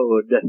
code